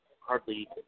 Hardly